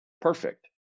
perfect